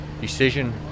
decision